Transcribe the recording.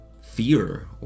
fear